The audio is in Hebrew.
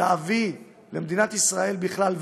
להביא למדינת ישראל בכלל,